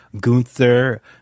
Gunther